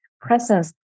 presence